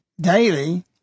daily